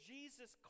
Jesus